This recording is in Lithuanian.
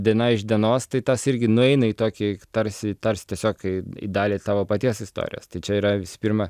diena iš dienos tai tas irgi nueina į tokį tarsi tarsi tiesiog kai į dalį savo paties istorijos tai čia yra visų pirma